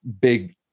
big